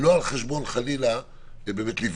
אתה מאפשר לאנשים גם להיכנס ככוחות חדשים וגם לצבור